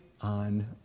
on